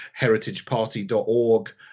heritageparty.org